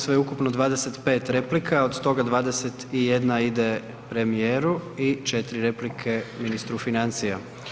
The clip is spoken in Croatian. Imamo sveukupno 25 replika, od toga 21 ide premijeru i 4 replike ministru financija.